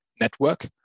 network